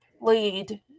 lead